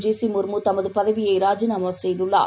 G சிமுர்முதமதுபதவியைராஜினாமாசெய்துள்ளார்